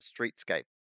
streetscape